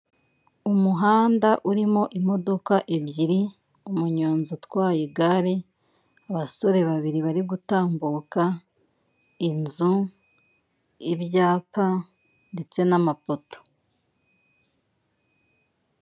Umuhanda urimo imodoka ebyiri, umunyonzi utwaye igare, abasore babiri bari gutambuka, inzu, ibyapa ndetse n'amapoto.